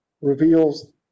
reveals